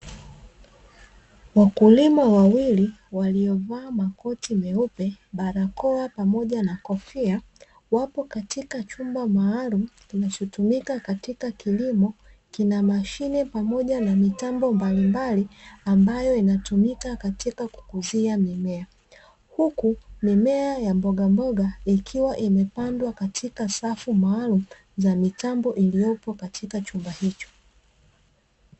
Wakulima wawili waliovaa makoti meupe, barakoa pamoja na kofia, wapo katika chumba maalumu kinachotumika katika kilimo, kina mashine mapoja na mitambo mbalimbali ambayo inatumika katika kukuzia mimea. Huku mimea ya mbogamboga ikiwa imepandwa katika safu maalumu za mitambo iliyopo katika chumba.